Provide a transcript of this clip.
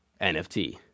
NFT